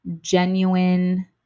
genuine